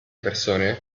persone